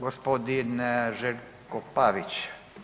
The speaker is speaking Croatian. Gospodin Željko Pavić.